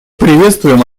приветствуем